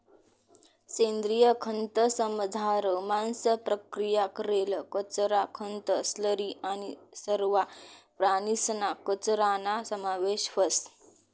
सेंद्रिय खतंसमझार मांस प्रक्रिया करेल कचरा, खतं, स्लरी आणि सरवा प्राणीसना कचराना समावेश व्हस